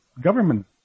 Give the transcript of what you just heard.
government